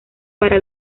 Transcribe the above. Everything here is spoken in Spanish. para